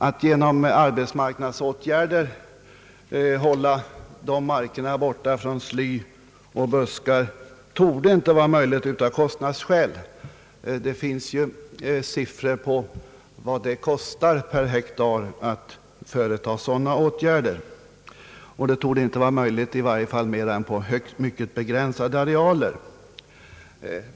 Att genom arbetsmarknadsåtgärder hålla markerna fria från sly och buskar torde inte vara möjligt av kostnadsskäl. Det finns siffror på vad det kostar per hektar att företa sådana åtgärder, och det torde komma i fråga endast på högst begränsade arealer.